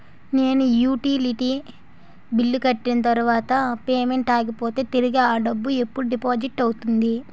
నేను utility bill కట్టిన తర్వాత పేమెంట్ ఆగిపోతే తిరిగి అ డబ్బు ఎప్పుడు డిపాజిట్ అవుతుంది?